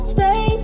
Stay